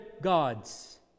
gods